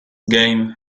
game